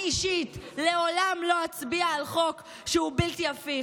אני אישית לעולם לא אצביע על חוק שהוא בלתי הפיך,